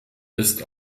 ist